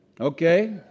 Okay